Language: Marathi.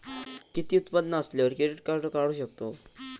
किती उत्पन्न असल्यावर क्रेडीट काढू शकतव?